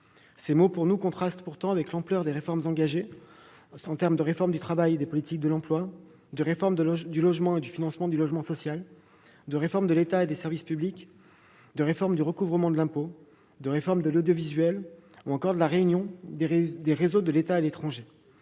Ces mots contrastent pourtant avec l'ampleur des réformes engagées par le Gouvernement : réforme du travail et des politiques de l'emploi, réforme du logement et du financement du logement social, réforme de l'État et des services publics, réforme du recouvrement de l'impôt, réforme de l'audiovisuel public, ou encore réunion des réseaux de l'État à l'étranger.